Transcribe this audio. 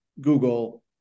Google